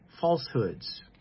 falsehoods